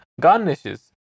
garnishes